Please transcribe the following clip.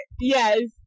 Yes